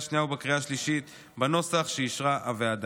השנייה ובקריאה השלישית בנוסח שאישרה הוועדה.